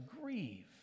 grieve